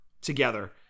together